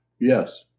yes